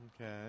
Okay